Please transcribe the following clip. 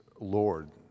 Lord